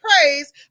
praise